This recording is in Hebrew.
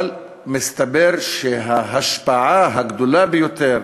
אבל מסתבר שההשפעה הגדולה ביותר